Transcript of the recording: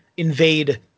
Invade